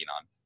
on